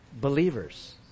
Believers